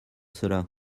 cela